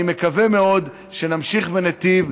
אני מקווה מאוד שנמשיך בנתיב.